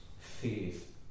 faith